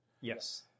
yes